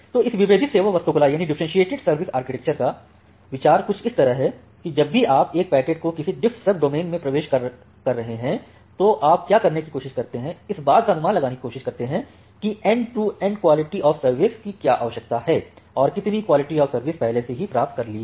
तो इस विभेदित सेवा वास्तुकला का विचार कुछ इस तरह है कि जब भी आप एक पैकेट को किसी diffserv डोमेन में प्रवेश कर रहे हैं तो आप क्या करने की कोशिश करते हैं इस बात का अनुमान लगाने की कोशिश करते हैं कि की end to end quality of service की क्या आवश्यकता है और कितनी क्वालिटी ऑफ सर्विस पहले से ही प्राप्त कर ली है